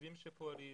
מתנדבים שפועלים.